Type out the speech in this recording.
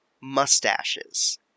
mustaches